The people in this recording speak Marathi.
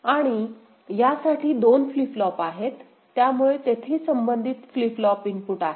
आणि यासाठी 2 फ्लिप फ्लॉप आहेत त्यामुळे तिथे संबंधित फ्लिप फ्लॉप इनपुट आहेत